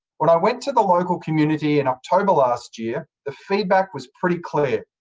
when i went to the local community in october last year the feedback was pretty clear.